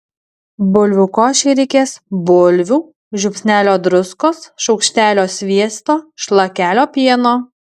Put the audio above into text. bulvių košei reikės bulvių žiupsnelio druskos šaukštelio sviesto šlakelio pieno